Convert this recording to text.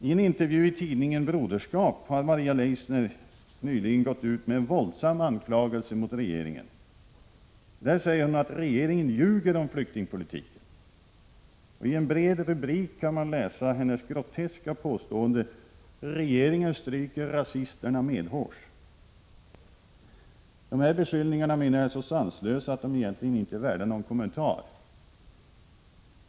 I en pressintervju i tidningen Broderskap har Maria Leissner nyligen gått ut med en våldsam anklagelse mot regeringen. Där säger hon att regeringen ljuger om flyktingpolitiken. I en bred rubrik kan man läsa hennes groteska påstående: Regeringen stryker rasisterna medhårs. Dessa beskyllningar menar jag är så sanslösa att de egentligen inte är värda någon kommentar.